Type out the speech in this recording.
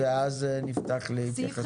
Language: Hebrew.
ואז נפתח להתייחסויות.